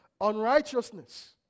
Unrighteousness